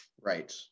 Right